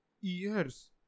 years